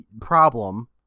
problem